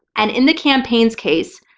and in the campaign's case,